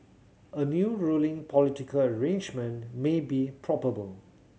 a new ruling political arrangement may be probable